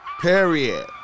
period